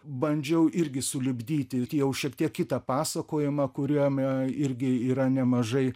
bandžiau irgi sulipdyti jau šiek tiek kitą pasakojimą kuriame irgi yra nemažai